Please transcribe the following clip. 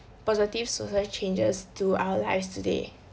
positive social changes to our lives today